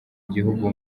gihugu